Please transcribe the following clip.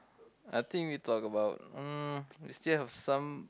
I think we talk about mm we still have some